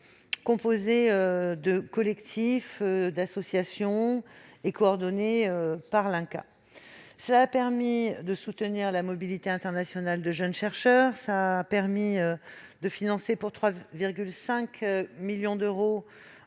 composée de collectifs et d'associations et coordonnée par l'INCa. Cela a permis de soutenir la mobilité internationale de jeunes chercheurs, de financer, à hauteur de 3,5 millions d'euros,